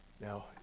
Now